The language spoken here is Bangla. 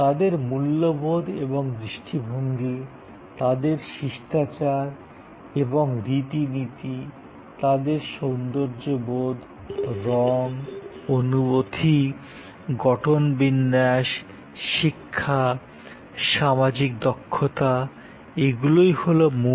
তাদের মূল্যবোধ এবং দৃষ্টিভঙ্গি তাদের শিষ্টাচার এবং রীতিনীতি তাদের সৌন্দর্য বোধ রঙ অনুভূতি গঠনবিন্যাস শিক্ষা সামাজিক দক্ষতা এগুলোই হলো মূল